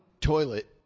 toilet